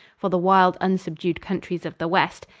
for the wild, unsubdued countries of the west.